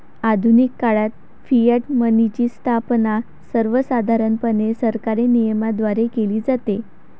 आधुनिक काळात फियाट मनीची स्थापना सर्वसाधारणपणे सरकारी नियमनाद्वारे केली जाते